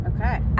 Okay